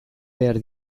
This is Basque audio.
behar